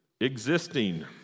existing